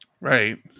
Right